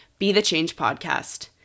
bethechangepodcast